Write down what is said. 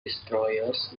destroyers